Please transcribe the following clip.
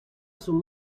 sul